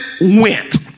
went